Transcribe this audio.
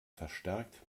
verstärkt